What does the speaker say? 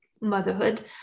motherhood